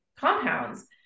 compounds